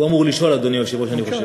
הוא אמור לשאול, אדוני היושב-ראש, אני חושב.